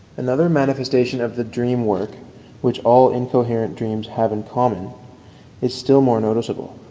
another manifestation of the dream work which all incoherent dreams have in common is still more noticeable.